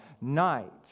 night